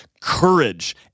courage